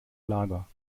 lager